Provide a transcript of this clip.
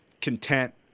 content